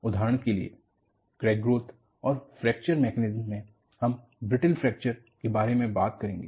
उदाहरण के लिए क्रैक ग्रोथ और फ्रैक्चर मैकेनिज्म में हम ब्रिटल फ्रैक्चर के बारे में बात करेंगे